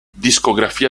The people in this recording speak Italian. discografia